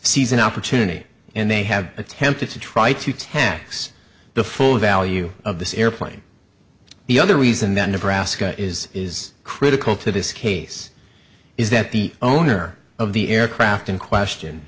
an opportunity and they have attempted to try to tax the full value of this airplane the other reason then to brassica is is critical to this case is that the owner of the aircraft in question